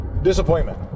Disappointment